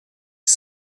qui